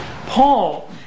Paul